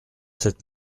sept